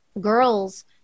girls